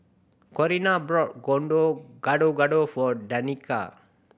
Corrina bought Gado Gado for Danika